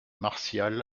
martial